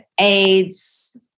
aids